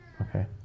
Okay